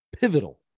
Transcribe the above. pivotal